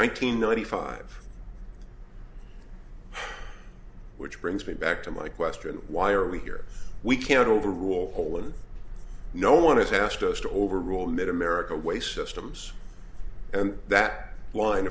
hundred ninety five which brings me back to my question why are we here we can't overrule hole and no one has asked us to overrule mid america way systems and that line